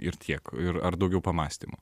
ir tiek ir ar daugiau pamąstymų